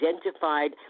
identified